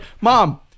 mom